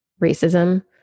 racism